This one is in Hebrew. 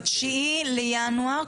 ביום ה-9 לינואר,